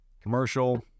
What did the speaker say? commercial